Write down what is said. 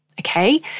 okay